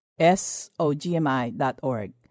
SOGMI.org